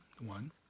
one